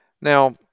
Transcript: Now